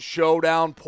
Showdown